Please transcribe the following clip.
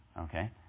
okay